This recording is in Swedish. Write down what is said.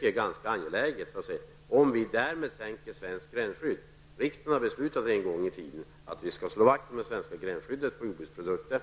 Det är ganska angeläget att få veta om vi därmed sänker svenskt gränsskydd. Riksdagen har en gång i tiden beslutat att vi skall slå vakt om det svenska gränsskyddet på jordbruksprodukter.